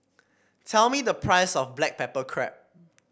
tell me the price of Black Pepper Crab